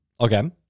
Okay